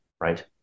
right